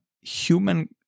human